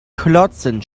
klotzen